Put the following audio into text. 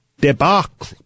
debacle